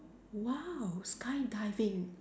!wow! skydiving